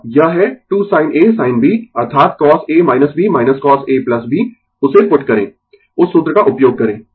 और यह है 2 sin A sin B अर्थात cosA B cos A B उसे पुट करें उस सूत्र का उपयोग करें